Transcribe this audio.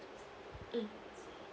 mm